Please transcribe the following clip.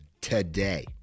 today